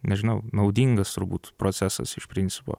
nežinau naudingas turbūt procesas iš principo